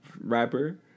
Rapper